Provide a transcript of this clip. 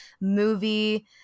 movie